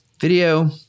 video